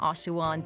Oshawa